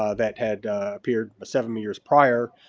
ah that had appeared seven years prior.